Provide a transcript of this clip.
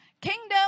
Kingdom